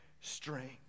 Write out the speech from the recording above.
strength